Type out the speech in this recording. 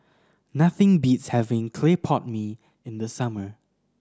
nothing beats having clay pot mee in the summer